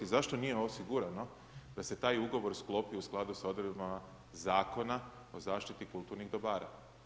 Zašto nije osigurano da se taj ugovor sklopi u skladu sa odredbama Zakona o zaštiti kulturnih dobara?